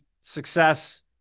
success